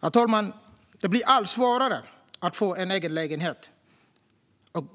Herr talman! Det blir allt svårare att få en egen lägenhet.